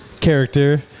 character